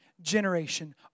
generation